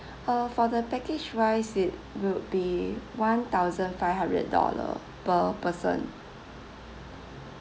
uh for the package wise it would be one thousand five hundred dollar per person